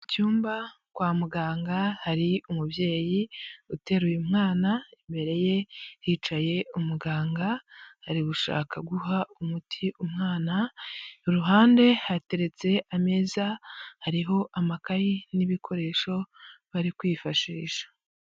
Mu cyumba kwa muganga hari umubyeyi uteruye mwana, imbere ye hicaye umuganga, ari gushaka guha umuti umwana, iruhande hateretse ameza ariho amakayi n'ibikoresho, bari kwifashisha.